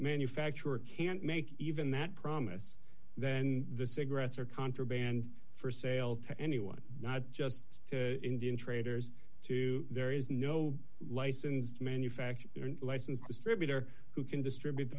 manufacturer can't make even that promise then the cigarettes are contraband for sale to anyone not just to indian traders to there is no license to manufacture a license distributor who can distribute t